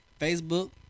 Facebook